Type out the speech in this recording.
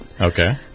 Okay